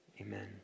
Amen